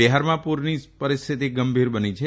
બિહારમાં પુરની સ્થિતિ ગંભીર બની છે